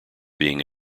being